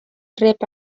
rep